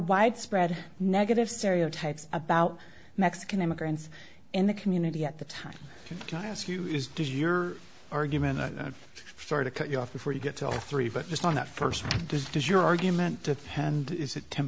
widespread negative stereotypes about mexican immigrants in the community at the time and i ask you is does your argument sort of cut you off before you get to all three but just on that first this does your argument depend is a te